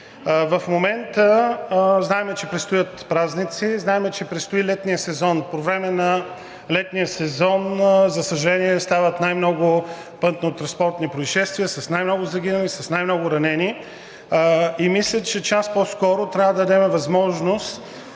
В момента знаем, че предстоят празници, знаем, че предстои летният сезон. По време на летния сезон, за съжаление, стават най много пътнотранспортни произшествия, с най-много загинали, с най-много ранени и мисля, че час по-скоро трябва да дадем възможност